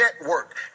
network